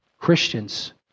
Christians